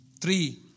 Three